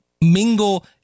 mingle